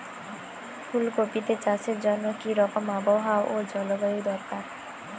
ফুল কপিতে চাষের জন্য কি রকম আবহাওয়া ও জলবায়ু দরকার?